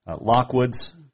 Lockwoods